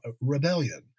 rebellion